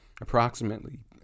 Approximately